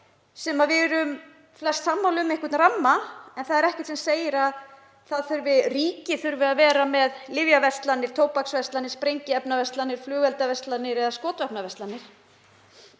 sem við erum flest sammála um að þurfi einhvern ramma. En það er ekkert sem segir að ríkið þurfi að vera með lyfjaverslanir, tóbaksverslanir, sprengiefnaverslanir, flugeldaverslanir eða skotvopnaverslanir.